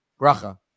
Bracha